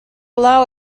allow